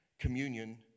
Communion